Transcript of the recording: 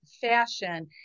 fashion